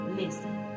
listen